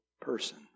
person